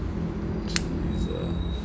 two is uh